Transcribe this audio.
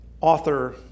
Author